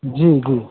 जी जी